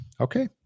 Okay